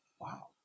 Wow